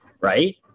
right